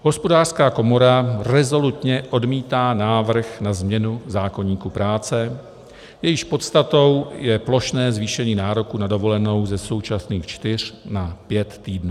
Hospodářská komora rezolutně odmítá návrh na změnu zákoníku práce, jejíž podstatou je plošné zvýšení nároku na dovolenou ze současných čtyř na pět týdnů.